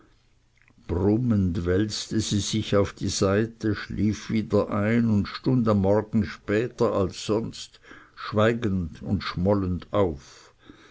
brummend wälzte sie sich auf die andere seite schlief wieder ein und stund am morgen später als sonst schweigend und schmollend auf